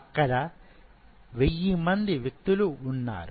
అక్కడ వెయ్యి మంది వ్యక్తులు ఉన్నారు